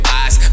eyes